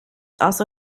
also